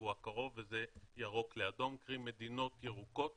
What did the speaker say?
לשבוע הקרוב וזה ירוק לאדום מדינות ירוקות